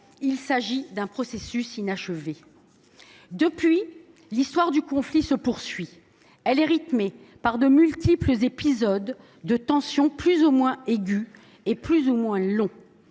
il s’agit d’un processus inachevé. Depuis, l’histoire du conflit se poursuit. Elle est rythmée par de multiples épisodes de tensions, plus ou moins aigus et plus ou moins longs.